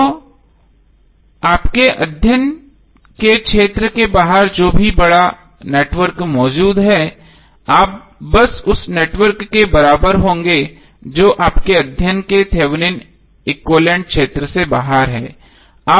तो आपके अध्ययन के क्षेत्र के बाहर जो भी बड़ा नेटवर्क मौजूद है आप बस उस नेटवर्क के बराबर होंगे जो आपके अध्ययन के थेवेनिन एक्विवैलेन्ट क्षेत्र से बाहर है